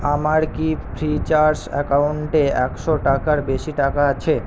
আমার কি ফ্রিচার্জ অ্যাকাউন্টে একশো টাকার বেশি টাকা আছে